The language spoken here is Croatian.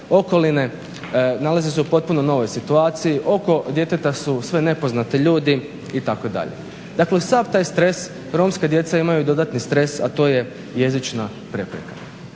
okoline, nalazi se u potpuno novoj situaciji, oko djeteta su sve nepoznati ljudi itd. Dakle, uz sav taj stres romska djeca imaju i dodatni stres, a to je jezična prepreka.